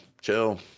Chill